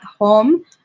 home